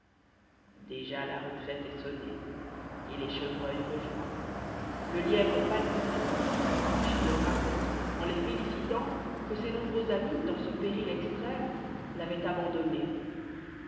déjà la retraite est sonnée et les chevreuils rejoints le lièvre palpitant s'approche et leur raconte en les félicitant que ses nombreux amis dans ce péril extrême l'avoient abandonné